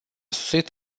sosit